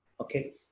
okay